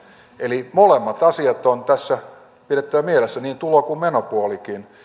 eli molemmat asiat on tässä pidettävä mielessä niin tulo kuin menopuolikin